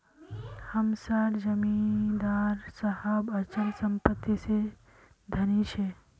हम सार जमीदार साहब अचल संपत्ति से धनी छे